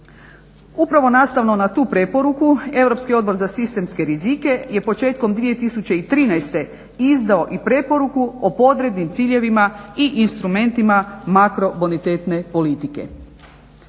Upravo nastavno na tu preporuku Europski odbor za sistemske rizike je početkom 2013.izdao i preporuku o podrednim ciljevima i instrumentima makrobonitetne politike.